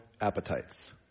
appetites